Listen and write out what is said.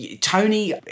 Tony